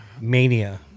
mania